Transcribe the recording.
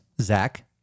Zach